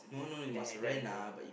then I die bro